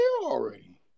already